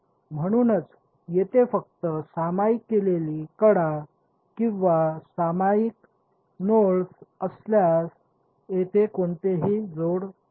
म्हणूनच तेथे फक्त सामायिक केलेली कडा किंवा सामायिक नोड्स असल्यास तेथे कोणतेही जोड आहे